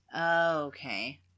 okay